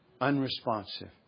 Unresponsive